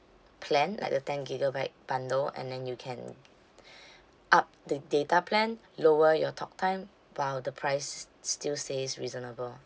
plan like the ten gigabyte bundle and then you can up the data plan lower your talk time while the price still stays reasonable